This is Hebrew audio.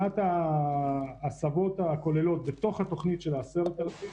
מתוך הנחה שעושים הכול בשביל למלא את חלקם בעסק הזה.